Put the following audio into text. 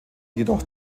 jedoch